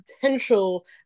potential